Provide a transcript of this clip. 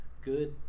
Good